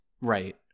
Right